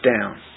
down